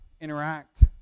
interact